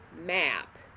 map